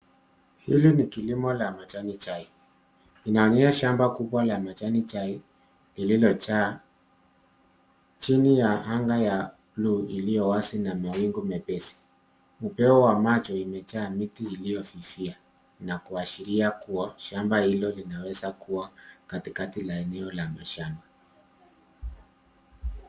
Hili ni kilimo la majani chai, inaonyesha shamba kubwa la majani chai ililojaa chini ya anga ya buluu iliyo wazi na mawingu mepesi. Upeo wa macho imejaa miti iliyofifia na kuashiria kuwa shamba hilo linaweza kuwa katikati la eneo la mashamba.